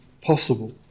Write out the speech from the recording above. possible